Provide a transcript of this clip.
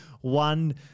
one